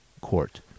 court